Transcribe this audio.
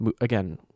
again